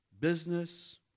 business